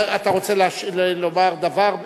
אתה רוצה לומר דבר?